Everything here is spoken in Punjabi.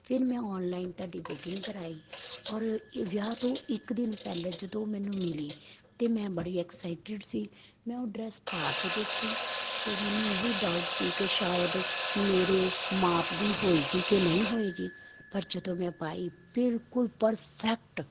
ਫਿਰ ਮੈਂ ਔਨਲਾਈਨ ਦਾ ਤੁਹਾਡੀ ਬੁਕਿੰਗ ਕਰਵਾਈ ਔਰ ਇਹ ਵਿਆਹ ਤੋਂ ਇੱਕ ਦਿਨ ਪਹਿਲਾਂ ਜਦੋਂ ਮੈਨੂੰ ਮਿਲੀ ਅਤੇ ਮੈਂ ਬੜੀ ਐਕਸਾਈਟਡ ਸੀ ਮੈਂ ਉਹ ਡਰੈਸ ਪਾ ਕੇ ਦੇਖੀ ਤਾਂ ਮੈਨੂੰ ਇਹ ਹੀ ਡਾਊਟ ਸੀ ਕਿ ਸ਼ਾਇਦ ਮੇਰੇ ਮਾਪ ਦੀ ਹੋਵੇਗੀ ਕਿ ਨਹੀਂ ਹੋਵੇਗੀ ਪਰ ਜਦੋਂ ਮੈਂ ਪਾਈ ਬਿਲਕੁਲ ਪਰਫੈਕਟ